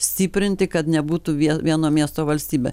stiprinti kad nebūtų vie vieno miesto valstybė